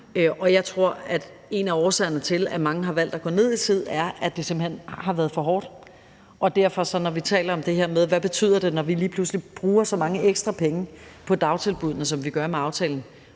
Og jeg tror, at en af årsagerne til, at mange har valgt at gå ned i tid, er, at det simpelt hen har været for hårdt. Derfor tror jeg sådan set – når vi taler om det her med, hvad det betyder, når vi lige pludselig bruger så mange ekstra penge på dagtilbuddene, som vi gør med aftalen